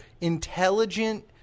intelligent